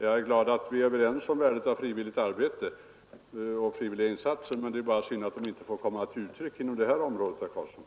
Jag är glad att vi är överens om värdet av frivilliga insatser. Det är bara synd att de inte får komma till uttryck inom det här området, herr Karlsson.